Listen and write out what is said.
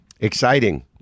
exciting